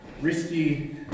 Risky